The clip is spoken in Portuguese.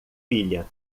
filha